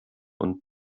und